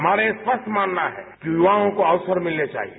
हमारा यह स्पष्ट मानना है कि युवाओं को अवसर मिलने चाहिए